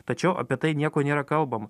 tačiau apie tai nieko nėra kalbam